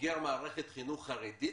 בוגר מערכת חינוך חרדית